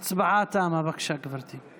(קוראת בשמות חברי הכנסת):